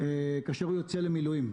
כאשר רופא יוצא למילואים?